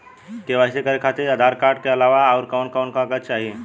KYC करे खातिर Aadhaar card के अलावा आउरकवन कवन कागज चाहीं?